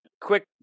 Quick